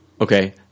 Okay